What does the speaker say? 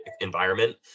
environment